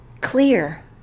clear